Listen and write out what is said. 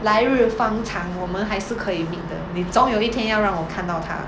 来日方长我们还是可以 meet 的你总有一天要让我看到她